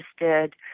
interested